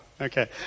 okay